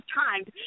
timed